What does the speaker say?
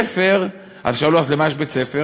ובית-הספר, אז שאלו, למה יש בית-ספר?